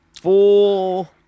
Four